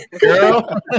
Girl